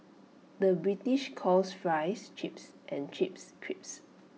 the British calls Fries Chips and Chips Crisps